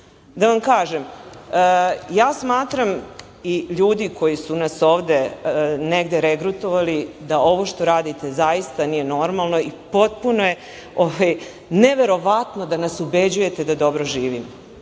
vam kažem, ja smatram i ljudi koji su nas ovde regrutovali, da ovo što radite zaista nije normalno i potpuno je neverovatno da nas ubeđujete da dobro živimo.